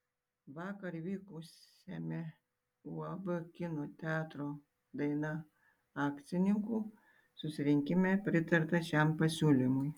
vakar vykusiame uab kino teatro daina akcininkų susirinkime pritarta šiam pasiūlymui